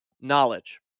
knowledge